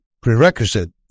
prerequisite